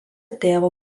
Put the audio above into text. tėvo